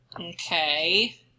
Okay